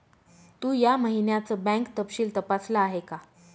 तू या महिन्याचं बँक तपशील तपासल आहे का?